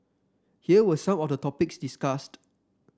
here were some of the topics discussed